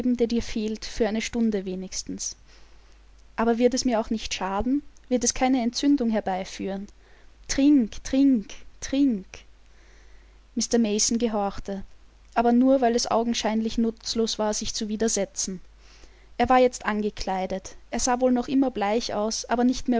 der dir fehlt für eine stunde wenigstens aber wird es mir auch nicht schaden wird es keine entzündung herbeiführen trink trink trink mr mason gehorchte aber nur weil es augenscheinlich nutzlos war sich zu widersetzen er war jetzt angekleidet er sah wohl noch immer bleich aus aber nicht